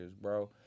bro